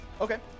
Okay